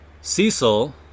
Cecil